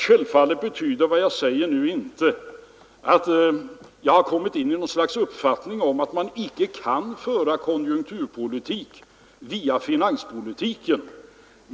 Självfallet betyder vad jag nu säger inte att jag har kommit till någon uppfattning om att man inte kan föra konjunkturpolitik via finanspolitiken.